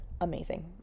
amazing